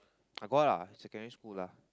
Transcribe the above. I got lah secondary school lah